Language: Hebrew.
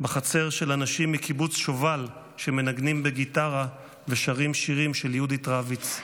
בחצר של אנשים מקיבוץ שובל שמנגנים בגיטרה ושרים שירים של יהודית רביץ.